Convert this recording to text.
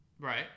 Right